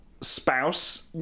spouse